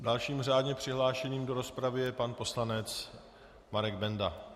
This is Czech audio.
Dalším řádně přihlášeným do rozpravy je pan poslanec Marek Benda.